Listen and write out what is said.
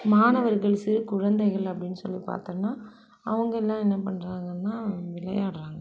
மாணவர்கள் சிறு குழந்தைகள் அப்படின்னு சொல்லி பார்த்தோன்னா அவங்க எல்லாம் என்ன பண்ணுறாங்கன்னா விளையாடுறாங்க